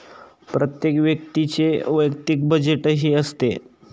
प्रत्येक व्यक्तीचे वैयक्तिक बजेटही असते